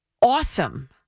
awesome